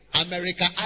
America